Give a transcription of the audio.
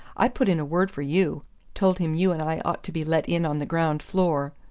i put in a word for you told him you and i ought to be let in on the ground floor.